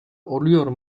oluyor